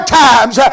times